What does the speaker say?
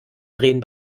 drehen